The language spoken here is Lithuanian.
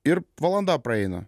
ir valanda praeina